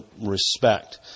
respect